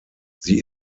sie